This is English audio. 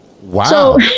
Wow